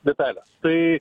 detalės tai